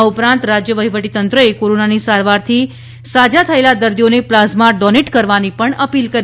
આ ઉપરાંત રાજ્ય વહીવટીતંત્રએ કોરોનાની સારવારથી સાજા થયેલાં દર્દીઓને પ્લાઝમા ડોનેટ કરવાની અપીલ કરી છે